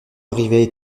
arrivaient